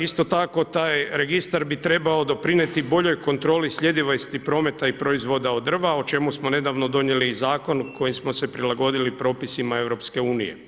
Isto tako taj registar bi trebao doprinijeti boljoj kontroli sljedivosti prometa i proizvoda od drva o čemu smo nedavno donijeli zakon kojim smo se prilagodili propisima EU.